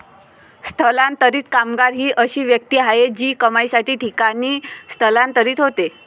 स्थलांतरित कामगार ही अशी व्यक्ती आहे जी कमाईसाठी ठिकाणी स्थलांतरित होते